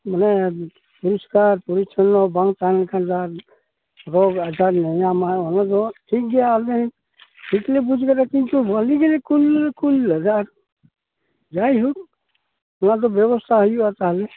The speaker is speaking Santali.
ᱢᱟᱱᱮ ᱯᱚᱨᱤᱥᱠᱟᱨ ᱯᱚᱨᱤᱪᱷᱚᱱᱱᱚ ᱵᱟᱝ ᱛᱟᱦᱮᱸ ᱞᱮᱱᱠᱷᱟᱱ ᱫᱟᱜ ᱨᱳᱜ ᱟᱡᱟᱨ ᱧᱟᱧᱟᱢᱟ ᱚᱱᱟ ᱫᱚ ᱴᱷᱤᱠ ᱜᱮᱭᱟ ᱟᱹᱞᱤᱧ ᱴᱷᱤᱠ ᱞᱮ ᱵᱩᱡ ᱟᱠᱟᱫᱟ ᱠᱤᱱᱛᱩ ᱵᱷᱟᱹᱞᱤ ᱜᱮᱞᱮ ᱠᱩᱞ ᱫᱚᱞᱮ ᱠᱩᱞ ᱞᱮᱫᱟ ᱡᱟᱭᱦᱳᱠ ᱱᱚᱣᱟ ᱫᱚ ᱵᱮᱵᱚᱥᱛᱷᱟᱭ ᱦᱩᱭᱩᱜᱼᱟ ᱛᱟᱦᱚᱞᱮ